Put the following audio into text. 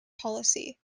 policy